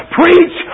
preach